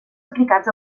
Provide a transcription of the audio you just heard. aplicats